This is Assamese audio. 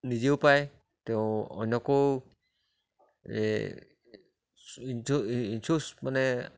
নিজেও পায় তেওঁ অন্যকো এই ইঞ্চুছ ইঞ্চুছ মানে